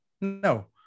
No